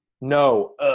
No